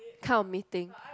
come meeting